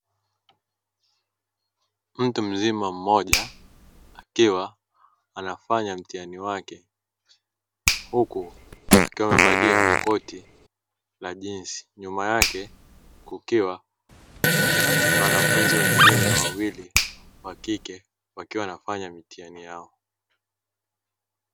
Mtu mzima mmoja akiwa anafanya mtihani wake huku amevalia koti la jinsi nyuma yake kukiwa na wanafunzi wengine wawili wa kike wakiwa wanafanya mitihani yao.